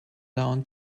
down